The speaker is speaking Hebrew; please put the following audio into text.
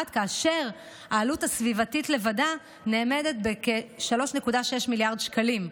והעלות הסביבתית לבדה נאמדת בכ-3.6 מיליארד שקלים,